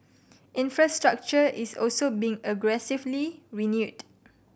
infrastructure is also being aggressively renewed